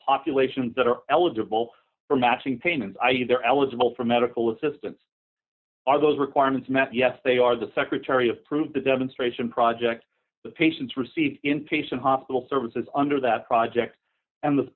populations that are eligible for matching payments i e they're eligible for medical assistance are those requirements met yes they are the secretary of prove the demonstration project the patients receive in patient hospital services under that project and the